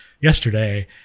yesterday